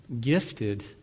gifted